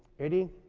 eddie,